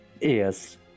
Yes